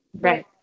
right